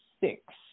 six